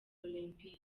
olempike